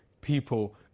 people